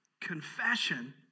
Confession